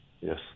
Yes